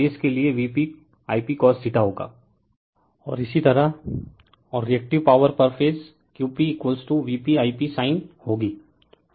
refer slide time 1146 और इसी तरह और रिएक्टिव पॉवर पर phase Q p VpI p sin होगी